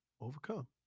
overcome